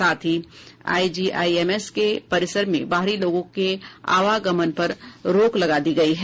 साथ ही आईजीआईएमएस के परिसर में बाहरी लोगों के आगमन पर रोक लगा दी गयी है